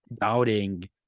doubting